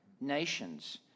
nations